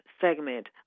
segment